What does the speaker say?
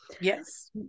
Yes